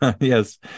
Yes